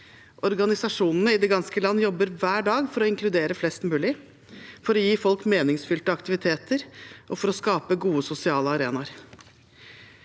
Organisasjonene i det ganske land jobber hver dag for å inkludere flest mulig, for å gi folk meningsfylte aktiviteter og for å skape gode sosiale arenaer.